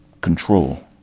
Control